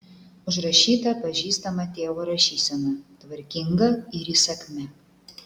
užrašyta pažįstama tėvo rašysena tvarkinga ir įsakmia